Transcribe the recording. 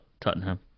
Tottenham